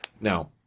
Now